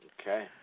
Okay